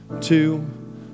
two